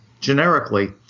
generically